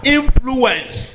influence